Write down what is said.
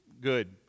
Good